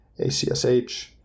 ACSH